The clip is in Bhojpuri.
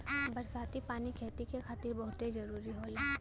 बरसाती पानी खेती के खातिर बहुते जादा जरूरी होला